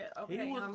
Okay